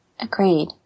Agreed